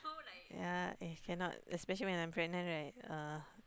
ya eh cannot especially when I'm pregnant right ugh